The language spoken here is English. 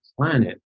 planet